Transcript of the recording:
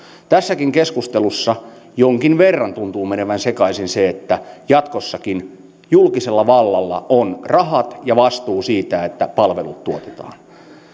tässäkin keskustelussa jonkin verran tuntuu menevän sekaisin se että jatkossakin julkisella vallalla on rahat ja vastuu siitä että palvelut tuotetaan